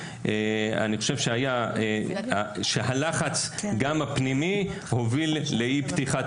רגילה מגיעים לוועדת זכאות ואבחון לבחון